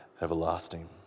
everlasting